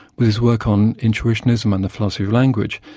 his work on intuitionism and the philosophy of language,